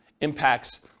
impacts